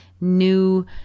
new